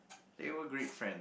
we were great friend